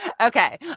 Okay